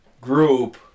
group